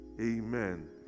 Amen